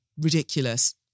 ridiculous